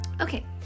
Okay